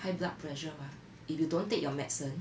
high blood pressure mah if you don't take your medicine